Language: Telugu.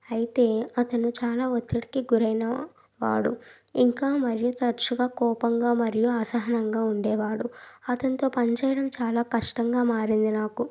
అయితే అతను చాలా ఒత్తిడికి గురైన వాడు ఇంకా మరియు తరుచుగా కోపంగా మరియు అసహనంగా ఉండేవాడు అతనితో పని చేయడం చాలా కష్టంగా మారింది నాకు